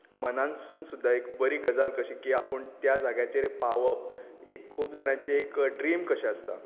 मनांतसून सुद्दा एक बरी गजाल कशी की आपूण त्या जाग्याचेर पावप एक खूब जाणांची एक ड्रीम कशी आसता